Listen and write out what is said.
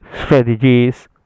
strategies